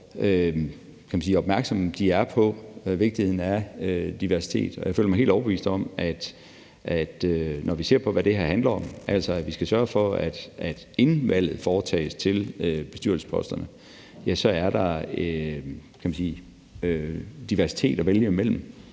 opmærksomme de er på vigtigheden af diversitet. Jeg føler mig helt overbevist om, at der, når vi ser på, hvad det her handler om – altså at vi skal sørge for, at der, inden valget til bestyrelsesposterne foretages, er diversitet at vælge imellem